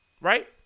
right